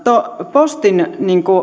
postin